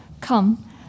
come